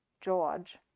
George